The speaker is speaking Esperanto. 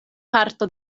parto